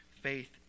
faith